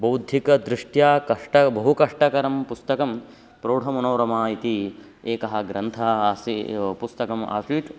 बौद्धिकदृष्ट्या कष्टं बहु कष्टकरं पुस्तकं प्रौढमनोरमा इति एकः ग्रन्थः आसीत् पुस्तकम् आसीत्